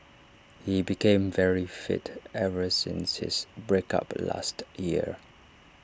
he became very fit ever since his break up last year